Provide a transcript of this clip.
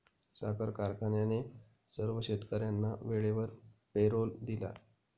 साखर कारखान्याने सर्व शेतकर्यांना वेळेवर पेरोल दिला